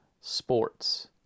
sports